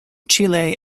chile